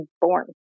born